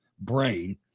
brain